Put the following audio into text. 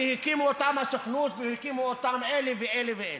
כי הקימה אותם הסוכנות והקימו אותם אלה ואלה ואלה.